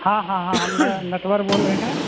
हाँ हाँ हाँ हम न नटवर बोल रहे हैं